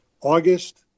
August